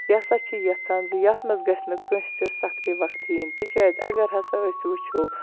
یہِ ہَسا چھِ یَژھان زِ اَتھ مَنٛز گَژھِ نہٕ کٲنٛسہِ سَختی وَختی یِنۍ تکیاز اگر ہَسا أسۍ وٕچھو